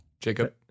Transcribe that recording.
Jacob